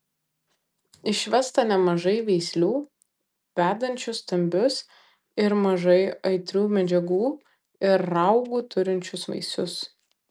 išvesta nemažai veislių vedančių stambius ir mažai aitrių medžiagų ir raugų turinčius vaisius